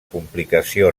complicació